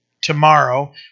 tomorrow